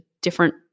different